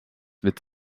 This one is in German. wird